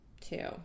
two